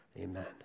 Amen